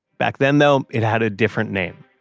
back then though, it had a different name,